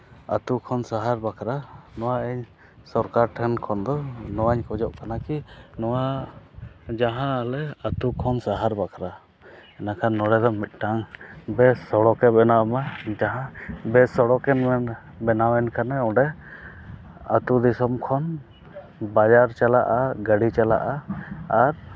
ᱟᱛᱳ ᱠᱷᱚᱱ ᱥᱟᱦᱟᱨ ᱵᱟᱠᱷᱨᱟ ᱱᱚᱣᱟ ᱤᱧ ᱥᱚᱨᱠᱟᱨ ᱴᱷᱮᱱ ᱠᱷᱚᱱ ᱫᱚ ᱱᱚᱣᱟᱧ ᱠᱷᱚᱡᱚᱜ ᱠᱟᱱᱟ ᱠᱤ ᱱᱚᱣᱟ ᱡᱟᱦᱟᱸᱞᱮ ᱟᱛᱳ ᱠᱷᱚᱱ ᱥᱟᱦᱟᱨ ᱵᱟᱠᱷᱨᱟ ᱵᱟᱠᱷᱟᱱ ᱱᱚᱸᱰᱮ ᱫᱚ ᱢᱤᱫᱴᱟᱝ ᱵᱮᱥ ᱥᱚᱲᱚᱠᱮ ᱵᱮᱱᱟᱣ ᱢᱟ ᱡᱟᱦᱟᱸ ᱵᱮᱥ ᱥᱚᱲᱚᱠᱮᱢ ᱧᱮᱞᱫᱟ ᱵᱮᱱᱟᱣᱮᱱ ᱠᱷᱟᱱᱮ ᱚᱸᱰᱮ ᱟᱛᱳ ᱫᱤᱥᱚᱢ ᱠᱷᱚᱱ ᱵᱟᱡᱟᱨ ᱪᱟᱞᱟᱜᱼᱟ ᱜᱟᱹᱰᱤ ᱪᱟᱞᱟᱜᱼᱟ ᱟᱨ